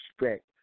respect